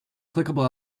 clickable